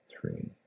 three